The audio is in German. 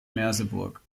merseburg